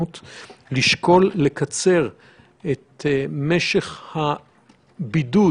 לשקול לקצר את משך הבידוד